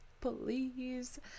please